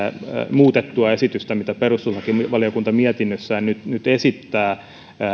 muutettua esitystä mitä perustuslakivaliokunta mietinnössään nyt nyt esittää